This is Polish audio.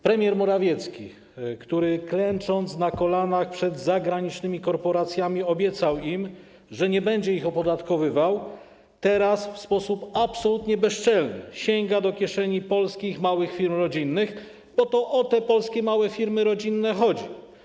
Premier Morawiecki, który klęcząc na kolanach przed zagranicznymi korporacjami obiecał im, że nie będzie ich opodatkowywał, teraz w sposób absolutnie bezczelny sięga do kieszeni polskich małych firm rodzinnych, bo to o te polskie małe firmy rodzinne chodzi.